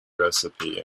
recipe